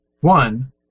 one